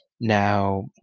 Now